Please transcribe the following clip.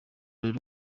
rero